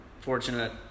fortunate